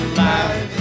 life